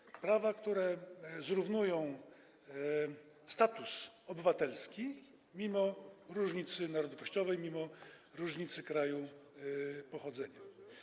Chodzi o prawa, które wyrównują status obywatelski, mimo różnicy narodowościowej, mimo różnicy kraju pochodzenia.